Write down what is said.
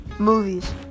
movies